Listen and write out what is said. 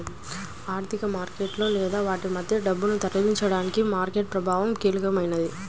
ఆర్థిక మార్కెట్లలో లేదా వాటి మధ్య డబ్బును తరలించడానికి మార్కెట్ ప్రభావం కీలకమైనది